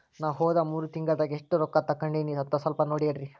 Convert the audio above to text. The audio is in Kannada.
ನಾ ಹೋದ ಮೂರು ತಿಂಗಳದಾಗ ಎಷ್ಟು ರೊಕ್ಕಾ ತಕ್ಕೊಂಡೇನಿ ಅಂತ ಸಲ್ಪ ನೋಡ ಹೇಳ್ರಿ